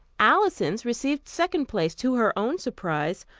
alison's received second place, to her own surprise,